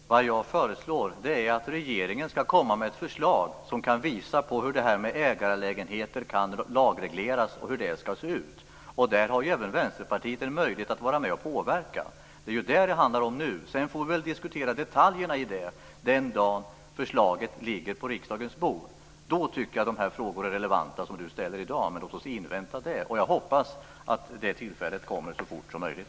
Fru talman! Vad jag föreslår är att regeringen skall komma med ett förslag som kan visa hur detta med ägarlägenheter kan lagregleras och hur det skall se ut. I fråga om detta har även Vänsterpartiet en möjlighet att vara med och påverka. Det är ju det som det handlar om nu. Sedan får vi väl diskutera detaljerna i detta den dag som förslaget ligger på riksdagens bord. Då tycker jag att de frågor som Sten Lundström ställer i dag är relevanta. Men låt oss invänta det. Jag hoppas att det tillfället kommer så fort som möjligt.